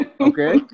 Okay